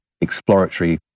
exploratory